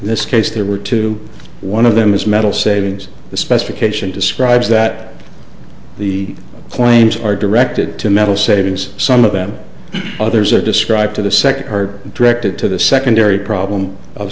in this case there were two one of them is metal savings the specification describes that the claims are directed to metal settings some of them others are described to the second or drafted to the secondary problem of